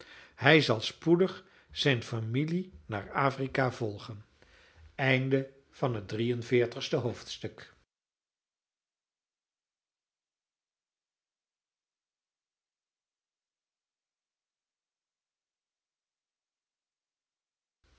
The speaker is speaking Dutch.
hij zal spoedig zijn familie naar afrika volgen vier en veertigste hoofdstuk